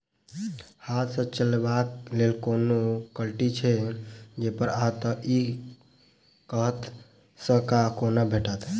हाथ सऽ चलेबाक लेल कोनों कल्टी छै, जौंपच हाँ तऽ, इ कतह सऽ आ कोना भेटत?